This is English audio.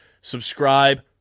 Subscribe